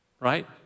right